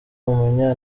umunya